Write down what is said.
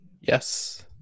Yes